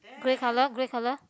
grey colour